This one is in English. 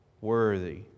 Worthy